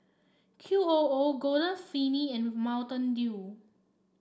Q O O Golden Peony and Mountain Dew